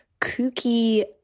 kooky